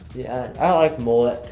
yeah, i like mullet,